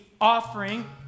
offering